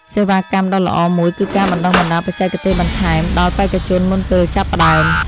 សេវាកម្មដ៏ល្អមួយគឺការបណ្ដុះបណ្ដាលបច្ចេកទេសបន្ថែមដល់បេក្ខជនមុនពេលចាប់ផ្ដើម។